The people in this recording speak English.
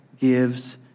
gives